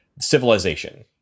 Civilization